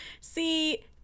See